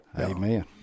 Amen